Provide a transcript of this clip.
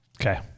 okay